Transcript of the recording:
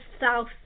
South